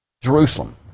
Jerusalem